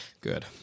Good